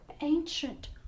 ancient